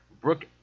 Brooke